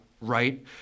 right